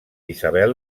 isabel